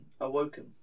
awoken